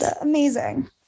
amazing